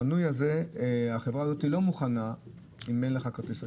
החברה הזאת לא מוכנה שתהיה מנוי שלה אם אין לך כרטיס אשראי.